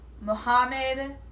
Muhammad